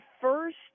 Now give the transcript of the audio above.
first